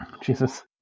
Jesus